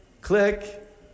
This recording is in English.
click